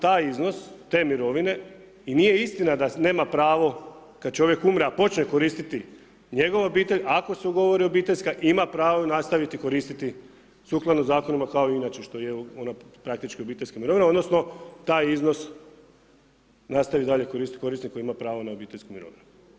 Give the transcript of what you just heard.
Taj iznos, te mirovine, i nije istina da nema pravo kad čovjek umre a počne koristiti njegova obitelj, ako se ugovori obiteljska ima pravo nastaviti koristiti sukladno zakonima kao i inače što je ona praktički obiteljska mirovina, odnosno taj iznos nastavi dalje koristiti korisnik koji ima pravo na obiteljsku mirovinu.